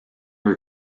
oli